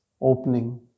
opening